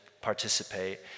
participate